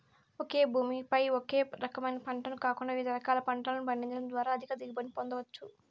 ఒకే భూమి పై ఒకే రకమైన పంటను కాకుండా వివిధ రకాల పంటలను పండించడం ద్వారా అధిక దిగుబడులను పొందవచ్చు